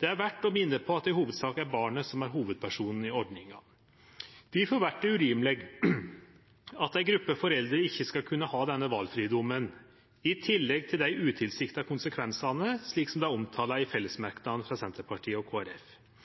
Det er verdt å minne om at det i hovudsak er barnet som er hovudpersonen i ordninga. Difor vert det urimeleg at ei gruppe foreldre ikkje skal kunne ha denne valfridomen, i tillegg til dei utilsikta konsekvensane som er omtala i fellesmerknadene frå Senterpartiet og